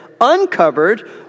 uncovered